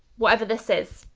whatever this is.